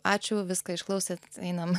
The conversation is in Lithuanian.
ačiū viską išklausė einam